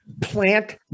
Plant